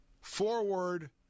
Forward